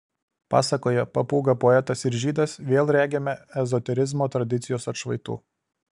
pasakoje papūga poetas ir žydas vėl regime ezoterizmo tradicijos atšvaitų